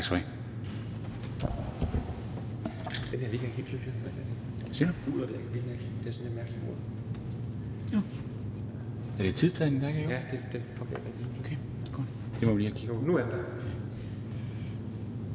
tak for at